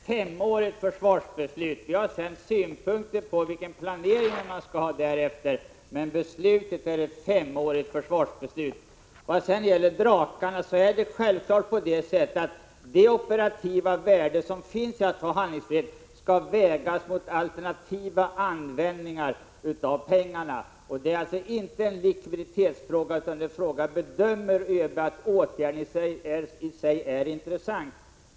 Herr talman! Nej, vad riksdagen nu har att fatta är ett femårigt försvarsbeslut. Vi har dessutom synpunkter på planeringen för tiden därefter. Vad gäller Drakarna skall självfallet det operativa värdet av en handlingsfrihet vägas mot alternativa användningar av pengarna. Det är då inte primärt en likviditetsfråga utan en fråga om huruvida ÖB bedömer att åtgärden i sig är intressant.